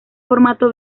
formato